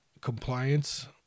compliance